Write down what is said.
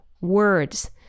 words